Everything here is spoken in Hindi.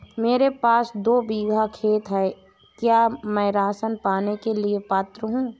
मेरे पास दो बीघा खेत है क्या मैं राशन पाने के लिए पात्र हूँ?